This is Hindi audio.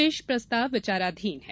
शेष प्रस्ताव विचारधीन है